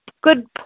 good